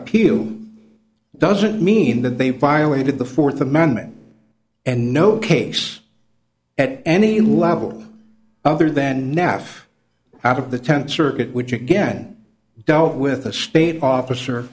appeal doesn't mean that they violated the fourth amendment and no case at any level other than neff out of the tenth circuit which again dealt with a state office